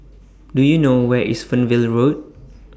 Do YOU know Where IS Fernvale Road